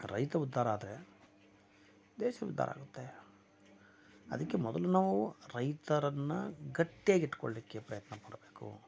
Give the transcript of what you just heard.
ರೈತ ಉದ್ಧಾರ ಆದರೆ ದೇಶ ಉದ್ಧಾರ ಆಗುತ್ತೆ ಅದಕ್ಕೆ ಮೊದಲು ನಾವು ರೈತರನ್ನು ಗಟ್ಟಿಯಾಗಿ ಇಟ್ಟುಕೊಳ್ಳಿಕ್ಕೆ ಪ್ರಯತ್ನ ಮಾಡಬೇಕು